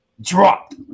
Dropped